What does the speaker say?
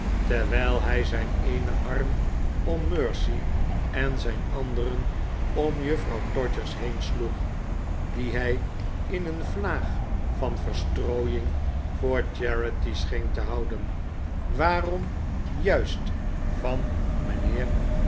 terwijl hij zijn eenen arm om mercy en zijn anderen om juffrouw todgers heen sloeg die hij in een vlaag van verstrooiing voor charity scheen te houden waarom juist van mijnheer